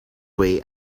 way